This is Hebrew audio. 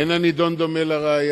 אין הנדון דומה לראיה.